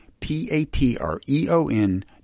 p-a-t-r-e-o-n